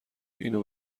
اینو